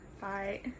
Bye